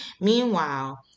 Meanwhile